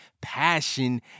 Passion